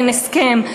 אין הסכם,